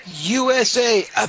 USA